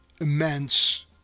immense